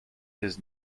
his